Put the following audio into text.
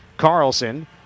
Carlson